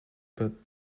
but